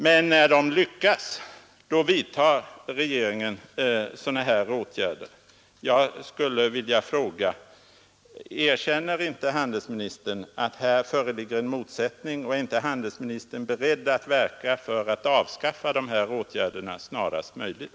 Men när dessa länder lyckas, vidtar regeringen sådana här åtgärder. Erkänner inte handelsministern att här föreligger en motsättning? Är inte handelsministern beredd att verka för att avskaffa dessa åtgärder snarast möjligt?